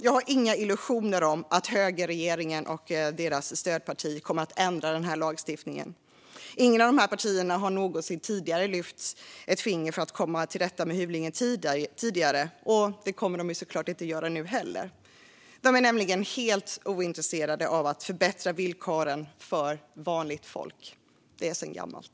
Jag har inga illusioner om att högerregeringen och dess stödparti kommer att ändra lagstiftningen. Inget av dessa partier har någonsin tidigare lyft ett finger för att komma till rätta med hyvling, och det kommer de såklart inte att göra nu heller. De är helt ointresserade av att förbättra villkoren för vanligt folk - det är sedan gammalt.